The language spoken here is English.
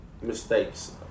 mistakes